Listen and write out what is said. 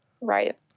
Right